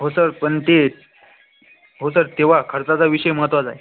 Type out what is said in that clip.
हो सर पण ते हो तर तेव्हा खर्चाचा विषय महत्त्वाचा आहे